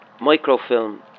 microfilm